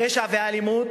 הפשע והאלימות